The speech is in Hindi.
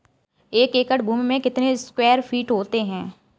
एक एकड़ भूमि में कितने स्क्वायर फिट होते हैं?